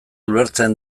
ulertzen